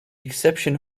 exception